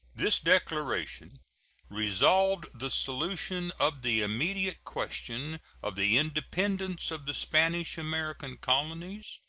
this declaration resolved the solution of the immediate question of the independence of the spanish american colonies,